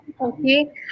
okay